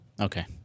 Okay